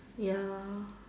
ya